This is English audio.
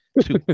Two